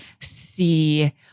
See